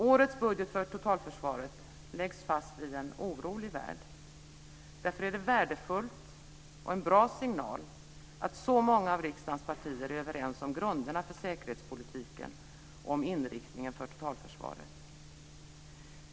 Årets budget för totalförsvaret läggs fast i en orolig värld. Därför är det värdefullt, och en bra signal, att så många av riksdagens partier är överens om grunderna för säkerhetspolitiken och om inriktningen för totalförsvaret.